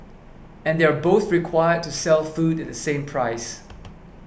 and they're both required to sell food at the same price